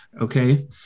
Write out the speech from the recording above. okay